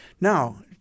Now